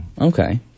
Okay